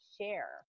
share